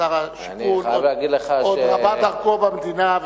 שר השיכון עוד רבה דרכו במדינה,